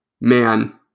man